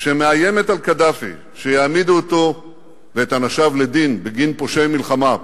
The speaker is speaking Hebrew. שמאיימת על קדאפי שיעמידו אותו ואת אנשיו לדין בגין פשעי מלחמה,